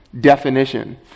definition